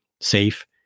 SAFE